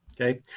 okay